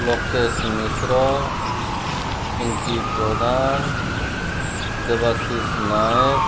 Lokesh Mishra Pinki Pradhan Debashish Nayak